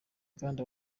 kandi